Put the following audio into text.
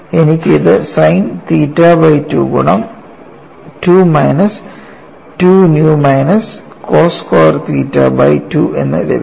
എനിക്ക് ഇത് sine theta by 2 ഗുണം 2 മൈനസ് 2 ന്യൂ minus cos square theta by 2 എന്ന് ലഭിക്കും